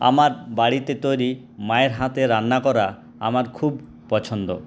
আমার বাড়িতে তৈরি মায়ের হাতে রান্না করা আমার খুব পছন্দ